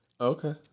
Okay